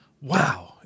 Wow